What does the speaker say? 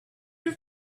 your